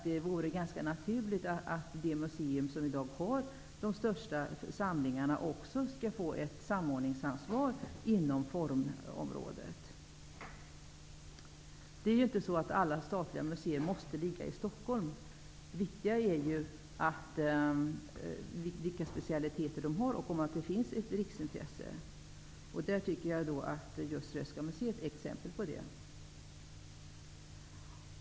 Det är ganska naturligt att det museum som i dag har de största samlingarna också får ett samordningsansvar inom formområdet. Det är ju inte så att alla statliga museer måste ligga i Stockholm. Det viktiga är ju vilka specialiteter som museet har och att det är ett riksintresse, och jag tycker att Röhsska museet motsvarar den beskrivningen.